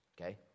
okay